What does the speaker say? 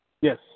Yes